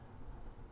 mm